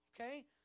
okay